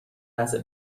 لحظه